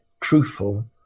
truthful